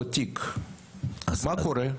אם כן, מה קורה.